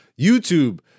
YouTube